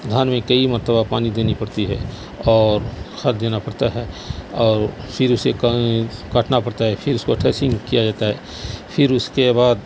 دھان میں کئی مرتبہ پانی دینی پڑتی ہے اور کھاد دینا پڑتا ہے اور پھر اسے کا کاٹنا پڑتا ہے پھر اس کو ٹریسنگ کیا جاتا ہے پھر اس کے بعد